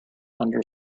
under